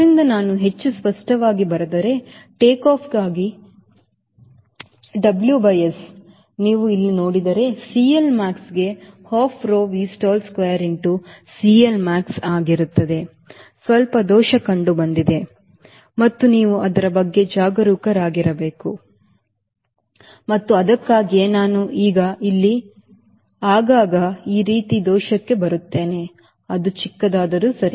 ಆದ್ದರಿಂದ ನಾನು ಹೆಚ್ಚು ಸ್ಪಷ್ಟವಾಗಿ ಬರೆದರೆ ಟೇಕ್ಆಫ್ಗಾಗಿ WS ನೀವು ಇಲ್ಲಿ ನೋಡಿದರೆ CLmaxಗೆ half rho Vstall square into CLmax ಆಗಿರುತ್ತದೆ ಸ್ವಲ್ಪ ದೋಷ ಕಂಡುಬಂದಿದೆ ಮತ್ತು ನೀವು ಅದರ ಬಗ್ಗೆ ಜಾಗರೂಕರಾಗಿರಬೇಕು ಮತ್ತು ಅದಕ್ಕಾಗಿಯೇ ನಾನು ಈಗ ಇಲ್ಲಿ ನಾನು ಆಗಾಗ್ಗೆ ಈ ರೀತಿಯ ದೋಷಕ್ಕೆ ಬರುತ್ತೇನೆ ಅದು ಚಿಕ್ಕದಾದರೂ